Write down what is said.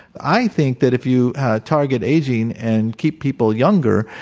i think that if you target aging and keep people younger,